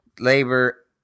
labor